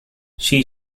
she